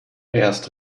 erst